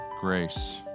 Grace